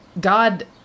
God